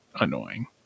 annoying